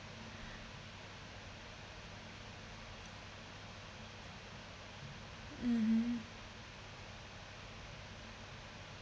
mmhmm